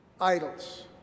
idols